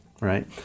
right